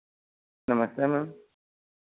नमस्ते मैम